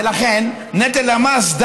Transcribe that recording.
ולכן נטל המס,